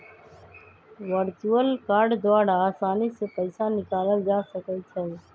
virtual card द्वारा असानी से पइसा निकालल जा सकइ छै